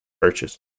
purchase